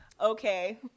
Okay